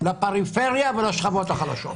לפריפריה ולשכבות החלשות.